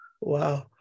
Wow